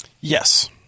Yes